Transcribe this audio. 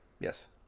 yes